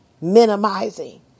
minimizing